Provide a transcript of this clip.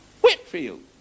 Whitfield